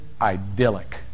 idyllic